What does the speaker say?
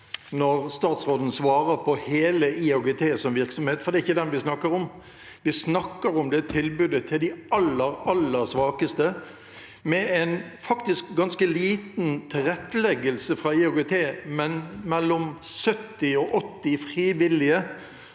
når statsråden svarer på hele IOGT som virksomhet, for det er ikke den vi snakker om. Vi snakker om tilbudet til de aller, aller svakeste, der det faktisk er ganske liten tilretteleggelse fra IOGT, men der det er mellom 70 og 80 frivillige